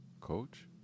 Coach